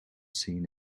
seen